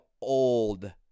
old